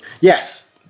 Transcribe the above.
Yes